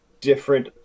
different